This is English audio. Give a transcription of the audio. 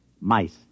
Mice